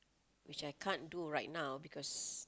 which I can't do right now because